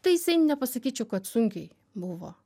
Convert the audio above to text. tai jisai nepasakyčiau kad sunkiai buvo